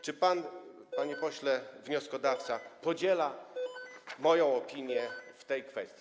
Czy pan, panie pośle wnioskodawco, podziela moją opinię w tej kwestii?